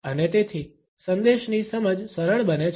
અને તેથી સંદેશની સમજ સરળ બને છે